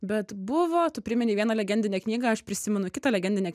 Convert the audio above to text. bet buvo tu priminei vieną legendinę knygą prisimenu kitą legendinę